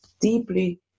deeply